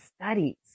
studies